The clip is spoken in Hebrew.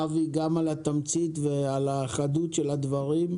אבי, גם על התמצית וגם על החדות של הדברים.